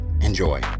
Enjoy